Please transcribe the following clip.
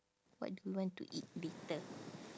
what do you want to eat later